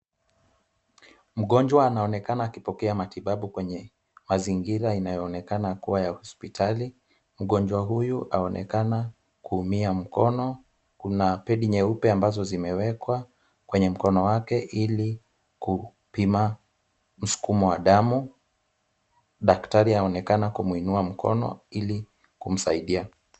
Mgonjwa anaonekana akipata matibabu kwenye mazingira inayoonekana kuwa ya hospitali. Mgonjwa huyu anaonekana kuumia mkono. Kuna pedi nyeupe ambazo zimewekwa kwenye mkono wake ili kupima msukumo wa damu. Daktari aonekana kumwinua mkono ili kumsaidia.